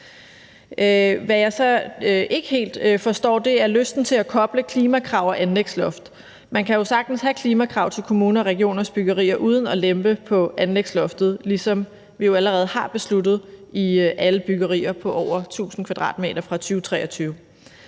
helt forstår, er lysten til at koble klimakrav sammen med anlægsloft. Man kan jo sagtens have klimakrav til kommuners og regioners byggeri uden at lempe på anlægsloftet, ligesom vi allerede har besluttet at have det for alle byggerier på over 1.000 m² fra 2023.